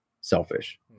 selfish